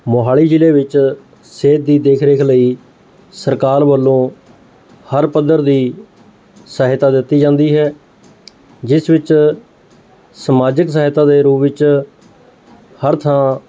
ਮੋਹਾਲੀ ਜ਼ਿਲ੍ਹੇ ਵਿੱਚ ਸਿਹਤ ਦੀ ਦੇਖਰੇਖ ਲਈ ਸਰਕਾਰ ਵੱਲੋਂ ਹਰ ਪੱਧਰ ਦੀ ਸਹਾਇਤਾ ਦਿੱਤੀ ਜਾਂਦੀ ਹੈ ਜਿਸ ਵਿੱਚ ਸਮਾਜਿਕ ਸਹਾਇਤਾ ਦੇ ਰੂਪ ਵਿੱਚ ਹਰ ਥਾਂ